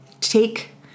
take